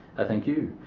ah thank you.